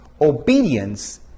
obedience